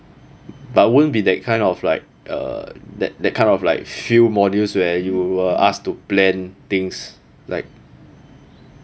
but won't be that kind of like uh that that kind of like few modules where you are asked to plan things like